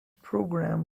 program